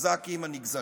הקוזקים הנגזלים?